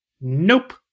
Nope